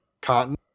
cotton